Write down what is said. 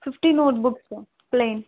fifty notebooks plain